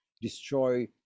destroy